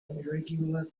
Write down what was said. irregular